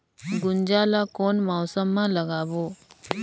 गुनजा ला कोन मौसम मा लगाबो?